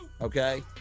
okay